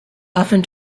often